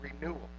renewal